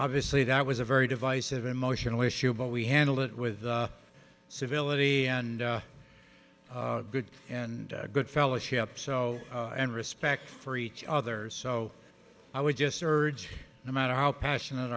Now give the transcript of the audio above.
obviously that was a very divisive emotional issue but we handled it with civility and good and good fellowship so and respect for each other so i would just urge no matter how passionate